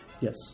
Yes